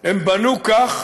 הם בנו כך